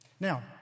Now